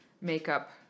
makeup